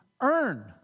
earn